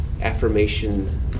affirmation